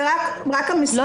זה רק המספרים.